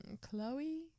Chloe